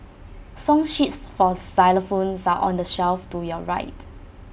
song sheets for xylophones are on the shelf to your right